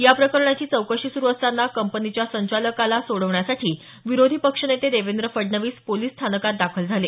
याप्रकरणाची चौकशी सुरु असतानाच कंपनीच्या संचालकाला सोडवण्यासाठी विरोधी पक्षनेते देवेंद्र फडणवीस पोलिस स्थानकात दाखल झाले